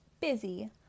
busy